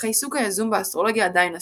אך העיסוק היזום באסטרולוגיה עדיין אסור.